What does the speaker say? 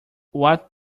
what